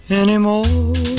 anymore